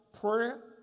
prayer